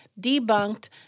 debunked